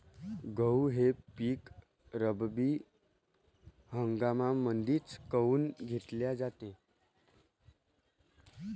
गहू हे पिक रब्बी हंगामामंदीच काऊन घेतले जाते?